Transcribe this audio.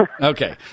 Okay